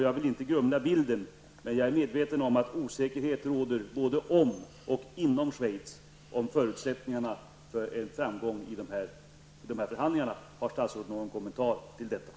Jag vill inte grumla bilden, men jag är medveten om att osäkerhet råder, både om och inom Schweiz om förutsättningarna för en framgång i de här förhandlingarna. Har statsrådet någon kommentar till detta?